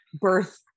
birth